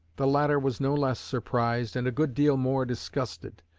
the latter was no less surprised, and a good deal more disgusted,